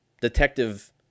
Detective